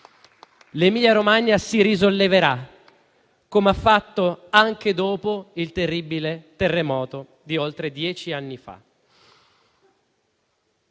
L'Emilia-Romagna si risolleverà come ha fatto anche dopo il terribile terremoto di oltre dieci anni fa.